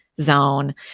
zone